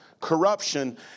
corruption